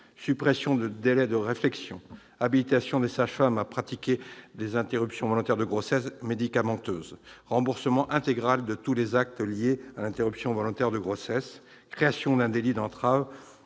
suppression du délai de réflexion, habilitation des sages-femmes à pratiquer des interruptions volontaires de grossesse médicamenteuses, remboursement intégral de tous les actes liés à l'interruption volontaire de grossesse, création d'un délit d'entrave